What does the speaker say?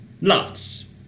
Lots